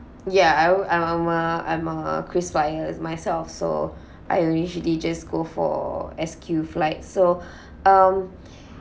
ya I would I'm a~ I'm a kris flyer as myself so I'll usually just go for S_Q flight so um